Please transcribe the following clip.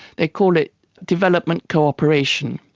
they call it development cooperation,